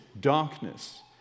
darkness